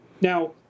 Now